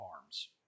Farms